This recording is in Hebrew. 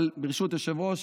אבל ברשות היושב-ראש,